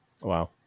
Wow